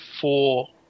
four